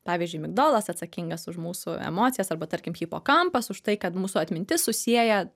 pavyzdžiui migdolas atsakingas už mūsų emocijas arba tarkim hipokampas už tai kad mūsų atmintis susieja